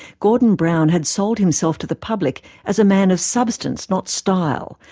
gordon brown had sold himself to the public as a man of substance, not style,